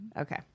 Okay